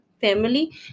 family